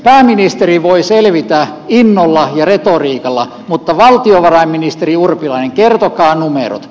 pääministeri voi selvitä innolla ja retoriikalla mutta valtiovarainministeri urpilainen kertokaa numerot